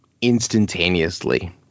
instantaneously